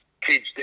kids